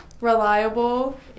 reliable